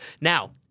Now